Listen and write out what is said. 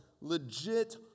legit